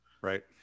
right